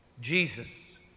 Jesus